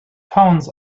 tones